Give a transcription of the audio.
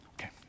Okay